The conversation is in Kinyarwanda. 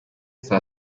saa